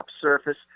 surface